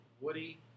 woody